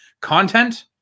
content